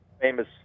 famous